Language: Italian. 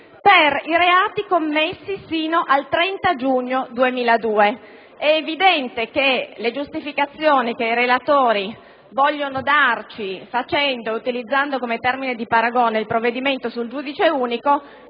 per i reati commessi fino al 30 giugno 2002: è evidente che le giustificazioni che i relatori vogliono darci, utilizzando come termine di paragone il provvedimento sul giudice unico,